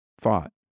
thought